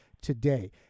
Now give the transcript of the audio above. today